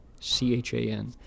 C-H-A-N